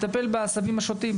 לצערי לא במידה מספיק מוצלחת,